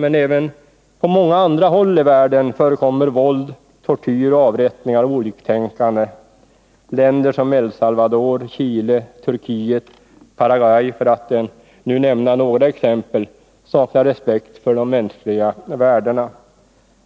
Men även på många andra håll i världen förekommer våld, tortyr och avrättningar av oliktänkande. Länder som El Salvador, Chile, Turkiet och Paraguay, för att nämna några exempel, saknar respekt för de mänskliga värdena.